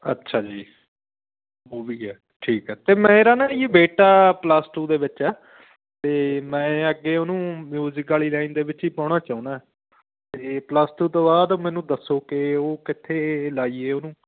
ਅੱਛਾ ਜੀ ਉਹ ਵੀ ਹੈ ਠੀਕ ਹੈ ਅਤੇ ਮੇਰਾ ਨਾ ਜੀ ਬੇਟਾ ਪਲੱਸ ਟੂ ਦੇ ਵਿੱਚ ਹੈ ਅਤੇ ਮੈਂ ਅੱਗੇ ਉਹਨੂੰ ਮਿਊਜਿਕ ਵਾਲੀ ਲਾਈਨ ਦੇ ਵਿੱਚ ਹੀ ਪਾਉਣਾ ਚਾਹੁੰਦਾ ਅਤੇ ਪਲੱਸ ਟੂ ਤੋਂ ਬਾਅਦ ਮੈਨੂੰ ਦੱਸੋ ਕਿ ਉਹ ਕਿੱਥੇ ਲਾਈਏ ਉਹਨੂੰ